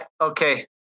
Okay